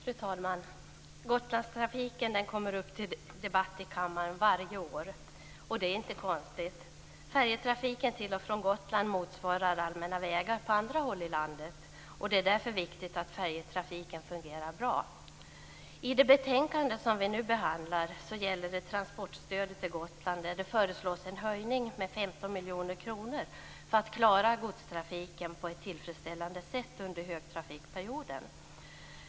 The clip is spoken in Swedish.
Fru talman! Gotlandstrafiken kommer upp till debatt i kammaren varje år. Det är inte konstigt. Färjetrafiken till och från Gotland motsvarar allmänna vägar på andra håll i landet, och det är därför viktigt att färjetrafiken fungerar bra. I det betänkande som vi nu behandlar handlar det om transportstödet till Gotland. Det föreslås en höjning med 15 miljoner kronor för att man skall kunna klara godstrafiken på ett tillfredsställande sätt under högtrafikperioden.